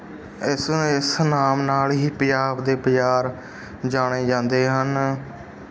ਇਸ ਇਸ ਨਾਮ ਨਾਲ ਹੀ ਪੰਜਾਬ ਦੇ ਬਜ਼ਾਰ ਜਾਣੇ ਜਾਂਦੇ ਹਨ